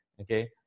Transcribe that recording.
Okay